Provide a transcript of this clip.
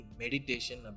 meditation